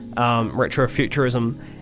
retro-futurism